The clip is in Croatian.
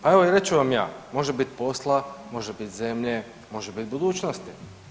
Pa evo reći ću vam ja može bit posla, može bit zemlje, može bit budućnosti.